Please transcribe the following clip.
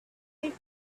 bit